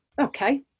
okay